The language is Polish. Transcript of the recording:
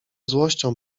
złością